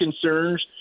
concerns